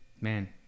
man